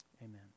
Amen